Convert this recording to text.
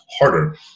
harder